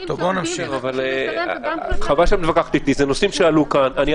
השוטרים- -- אלה נושאים שעלו פה.